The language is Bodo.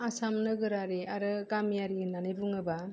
आसाम नोगोरारि आरो गामियारि होननानै बुङोब्ला